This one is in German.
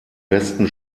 besten